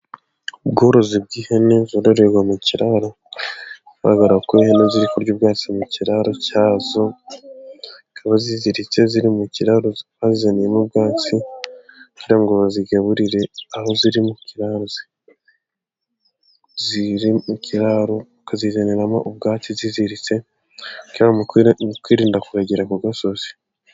Ubworozi bw'ihene zororerwa mu kiraro, babara ko ihene ziri kurya ubwatsi mu kiraro cyazo. Zikaba ziziritse ziri mu kiraro bazizaniyemo ubwatsi. kugira ngo bazigaburire aho ziri mu kiraro bakazizaniramo ubwatsi ziziritse mu kwirinda kuragira ku gasozi.